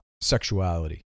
sexuality